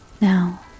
Now